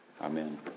Amen